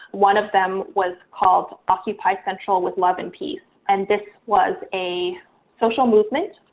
one of them was called occupy central with love and peace. and this was a social movement,